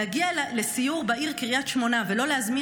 להגיע לסיור בעיר קריית שמונה ולא להזמין